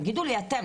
תגידו לי אתם,